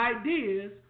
ideas